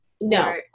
no